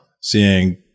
seeing